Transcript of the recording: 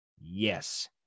Yes